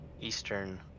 eastern